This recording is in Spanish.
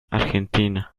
argentina